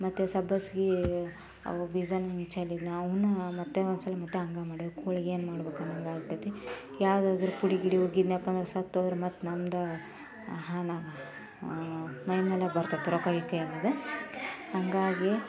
ಮತ್ತು ಸಬ್ಬಸಿಗೆ ಅವು ಬೀಜವೂ ಹಿಂಗೆ ಚೆಲ್ಲಿದ್ದನ್ನ ಅವನ್ನ ಮತ್ತೆ ಒಂದ್ಸಲ ಮತ್ತೆ ಹಂಗೆ ಮಾಡಿ ಕೋಳಿಗೆ ಏನ್ಮಾಡಬೇಕು ಹಂಗೆ ಆಗ್ಬಿಟ್ಟೈತಿ ಯಾವುದಾದ್ರು ಪುಡಿ ಗಿಡಿ ಹೋಗಿದ್ನಪ್ಪಾ ಸತ್ತೋದರ ಮತ್ತು ನಮ್ದು ಮೈ ಮೇಲೆ ಬರ್ತೈತಿ ರೊಕ್ಕ ಗಿಕ್ಕಾ ಏನಾರ ಹಾಗಾಗಿ